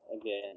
again